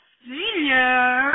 senior